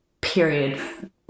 period